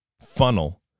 funnel